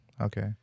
Okay